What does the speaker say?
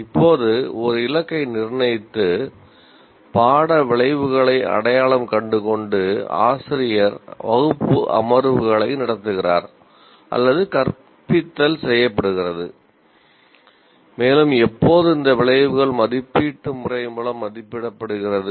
இப்போது ஒரு இலக்கை நிர்ணயித்து பாட விளைவுகளை அடையாளம் கண்டுகொண்டு ஆசிரியர் வகுப்பு அமர்வுகளை நடத்துகிறார் அல்லது கற்பித்தல் செய்யப்படுகிறது மேலும் எப்போது இந்த விளைவுகள் மதிப்பீட்டு முறை மூலம் மதிப்பிடப்படுகிறது